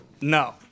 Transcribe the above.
No